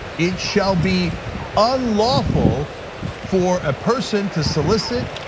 it shall be unlawful for a person to solicit,